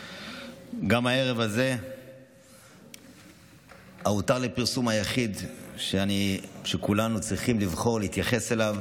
גם הערב הזה ה"הותר לפרסום" היחיד שכולנו צריכים לבחור להתייחס אליו